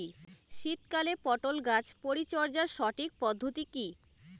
শীতকালে পটল গাছ পরিচর্যার সঠিক পদ্ধতি কী?